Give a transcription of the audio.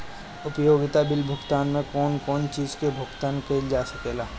उपयोगिता बिल भुगतान में कौन कौन चीज के भुगतान कइल जा सके ला?